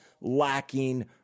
lacking